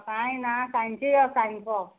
सकाणी ना सांचे यो सांनपो